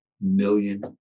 million